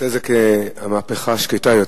אתה רוצה את זה כמהפכה שקטה יותר.